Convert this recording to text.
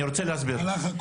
לא התייחסתי לדברים.